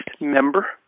member